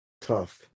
tough